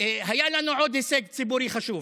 היה לנו עוד הישג ציבורי חשוב.